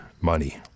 money